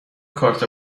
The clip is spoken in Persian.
کارت